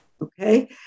okay